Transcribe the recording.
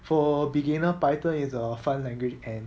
for beginner python is a fun language and